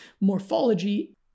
morphology